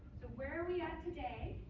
where are we at today?